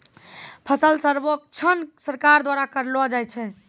फसल सर्वेक्षण सरकार द्वारा करैलो जाय छै